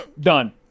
Done